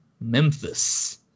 Memphis